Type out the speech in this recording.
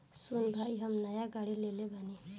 सुन भाई हम नाय गाड़ी लेले बानी